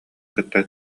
кытта